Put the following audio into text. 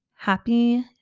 Happy